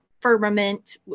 firmament